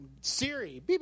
Siri